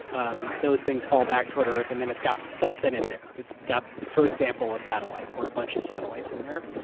um those things fall back toward earth and then it's got something in there. it's got, for example, a satellite or a bunch of satellites in there.